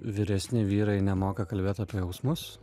vyresni vyrai nemoka kalbėt apie jausmus